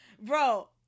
Bro